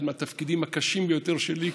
אחד מהתפקידים הקשים ביותר שלי,